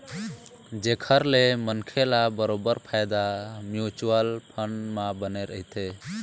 जेखर ले मनखे ल बरोबर फायदा म्युचुअल फंड म बने रहिथे